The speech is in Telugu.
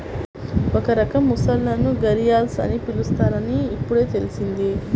ఒక రకం మొసళ్ళను ఘరియల్స్ అని పిలుస్తారని ఇప్పుడే తెల్సింది